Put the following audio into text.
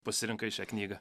pasirinkai šią knygą